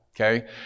okay